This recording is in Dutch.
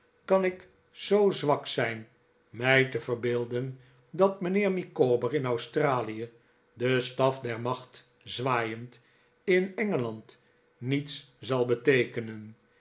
kan ik zoo zwak zijn mii te verbeelden dat mijnheer micawber in australie den staf der macht zwaaiend in engeland niets zal beteekenen